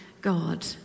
God